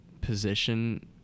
position